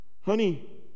Honey